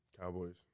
Cowboys